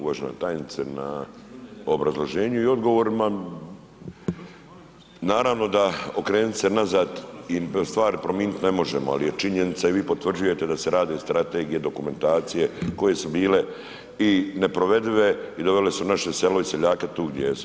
Uvažena tajnice, na obrazloženju i odgovorima naravno da okrenit se nazad i stvari prominit ne možemo, al je činjenica i vi potvrđujete da se radi o strategiji dokumentacije koje su bile i neprovedive i dovele su naše selo i seljake tu gdje jesu.